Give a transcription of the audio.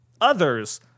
others